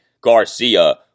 Garcia